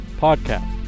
podcast